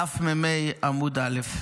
דף מ"ה עמוד א':